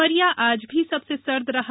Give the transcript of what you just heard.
उमरिया आज भी सबसे सर्द रहा